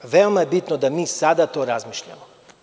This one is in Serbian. Veoma je bitno da mi sada to radimo.